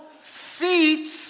feet